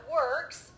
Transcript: works